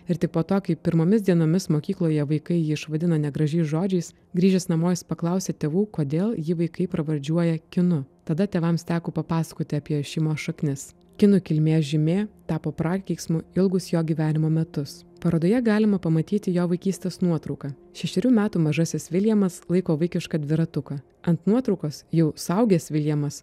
ir tik po to kai pirmomis dienomis mokykloje vaikai jį išvadino negražiais žodžiais grįžęs namo jis paklausė tėvų kodėl jį vaikai pravardžiuoja kinu tada tėvams teko papasakoti apie šeimos šaknis kinų kilmės žymė tapo prakeiksmu ilgus jo gyvenimo metus parodoje galima pamatyti jo vaikystės nuotrauką šešerių metų mažasis viljamas laiko vaikišką dviratuką ant nuotraukos jau suaugęs viljamas